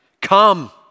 Come